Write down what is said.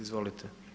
Izvolite.